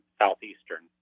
southeastern